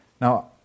Now